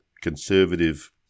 conservative